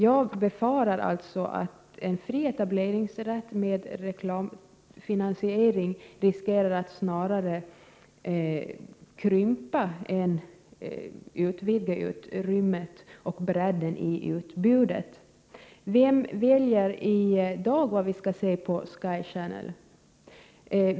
Jag befarar att en fri etableringsrätt med reklamfinansiering riskerar att snarare krympa än utvidga utrymmet och bredden i utbudet. Vem väljer i dag vad vi skall se på Sky Channel?